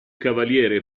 cavaliere